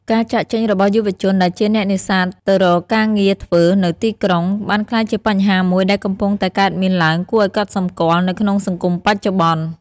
ការចាកចេញរបស់យុវជនដែលជាអ្នកនេសាទទៅរកការងារធ្វើនៅទីក្រុង បានក្លាយជាបញ្ហាមួយដែលកំពុងតែកើតមានឡើងគួរឲ្យកត់សម្គាល់នៅក្នុងសង្គមបច្ចុប្បន្ន។